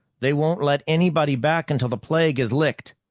they won't let anybody back until the plague is licked.